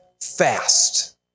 fast